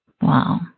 Wow